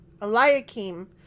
Eliakim